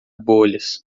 bolhas